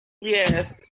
Yes